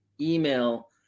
email